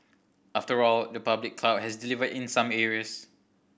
after all the public cloud has delivered in some areas